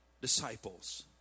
disciples